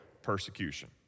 persecution